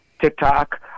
TikTok